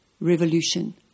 revolution